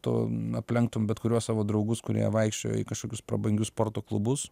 tu aplenktum bet kuriuos savo draugus kurie vaikščiojo į kažkokius prabangius sporto klubus